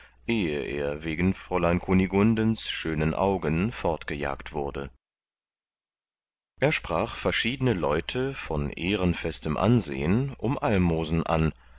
er wegen fräulein kunigundens schönen augen fortgejagt wurde er sprach verschiedne leute von ehrenfestem ansehen um almosen an